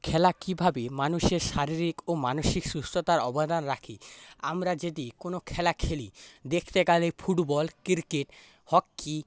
খেলা কীভাবে মানুষের শারীরিক ও মানসিক সুস্থতায় অবদান রাখে আমরা যদি কোনো খেলা খেলি দেখতে গেলে ফুটবল ক্রিকেট হকি